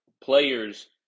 players